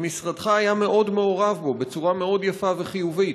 שמשרדך היה מאוד מעורב בו בצורה מאוד יפה וחיובית.